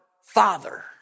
father